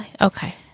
okay